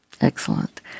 Excellent